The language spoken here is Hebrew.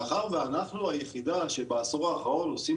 מאחר ואנחנו היחידה שבעשור האחרון עושים